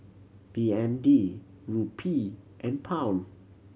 B N D Rupee and Pound